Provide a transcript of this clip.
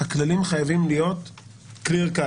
הכללים חייבים להיות clear-cut,